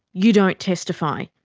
you don't testify,